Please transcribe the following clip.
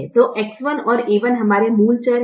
तो X1 और a1 हमारे मूल चर हैं